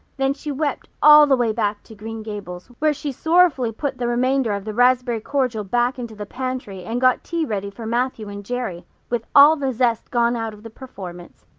then she wept all the way back to green gables, where she sorrowfully put the remainder of the raspberry cordial back into the pantry and got tea ready for matthew and jerry, with all the zest gone out of the performance.